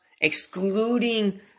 excluding